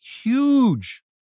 huge